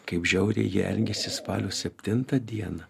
kaip žiauriai jie elgėsi spalio septintą dieną